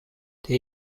der